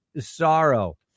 Sorrow